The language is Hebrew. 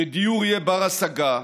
שדיור יהיה בר-השגה.